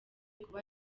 kuba